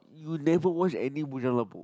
you never watch any bujang lapok